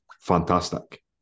Fantastic